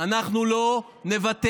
אנחנו לא נוותר.